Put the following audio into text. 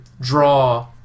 draw